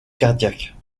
cardiaques